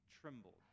trembled